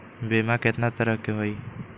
बीमा केतना तरह के होइ?